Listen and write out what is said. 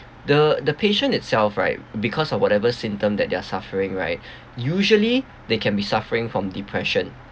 the the patient itself right because of whatever symptom that they're suffering right usually they can be suffering from depression